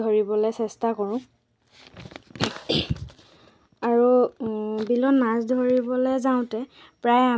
তাতে মাছৰ মাছৰ উৎপাদন ফিছাৰী ফিছাৰী থাকে ফিছাৰী তাত ফিছাৰীত মাছ প্ৰথমতে